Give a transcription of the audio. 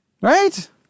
right